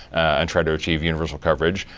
and try to achieve universal coverage.